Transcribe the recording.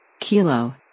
Kilo